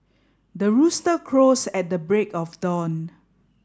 the rooster crows at the break of dawn